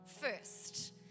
first